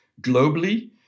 globally